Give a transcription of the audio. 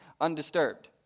undisturbed